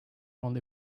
only